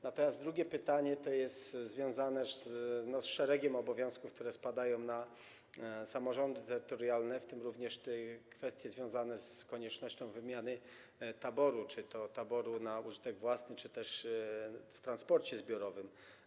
Natomiast drugie pytanie jest związane z szeregiem obowiązków, które spadają na samorządy terytorialne, w tym z kwestią związaną z koniecznością wymiany taboru, czy to taboru na użytek własny, czy też w transporcie zbiorowym.